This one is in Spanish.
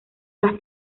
las